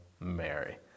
Mary